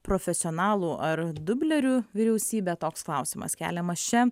profesionalų ar dublerių vyriausybė toks klausimas keliamas čia